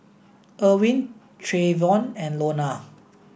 Erwin Trayvon and Lonna